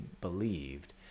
believed